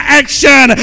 action